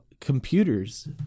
computers